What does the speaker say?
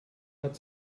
hat